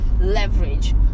leverage